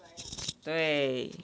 对